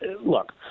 look